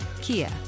Kia